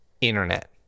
internet